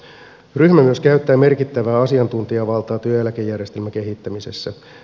ryhmä myös käyttää merkittävää asiantuntijavaltaa työeläkejärjestelmän kehittämisessä